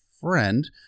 friend